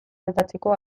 aldatzeko